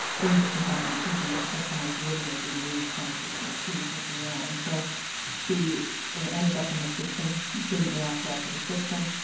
things that can happen even as someone's literally being moved ten or fifteen feet as we know. and so she ended up in the system, didn't react well to the system,